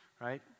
right